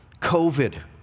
covid